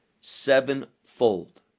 sevenfold